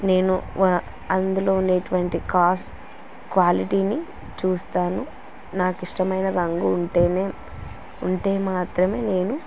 నేను అందులో ఉనేటువంటి కాస్ట్ క్వాలిటీని చూస్తాను నాకు ఇష్టమైన రంగు ఉంటేనే ఉంటే మాత్రమే నేను